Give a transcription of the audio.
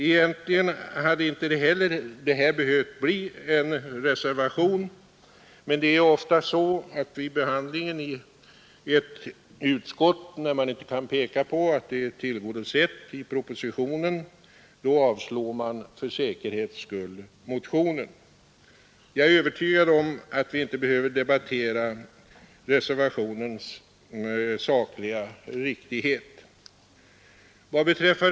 Egentligen hade det inte behövt bli en reservation, men det är ofta så vid behandlingen i ett utskott att när man inte kan påvisa att motionens krav är tillgodosedda i propositionen, så avstyrker man för säkerhets skull motionen. Jag är övertygad om att vi inte behöver debattera reservationens sakliga riktighet.